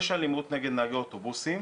יש אלימות נגד נהגי אוטובוסים,